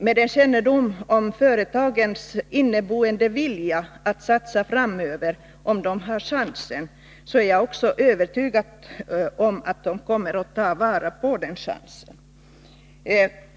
Med min kännedom om företagens inneboende vilja att, om de har chansen, satsa med tanke på framtiden är jag också övertygad om att de kommer att ta vara på en sådan chans.